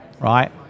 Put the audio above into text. right